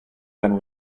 then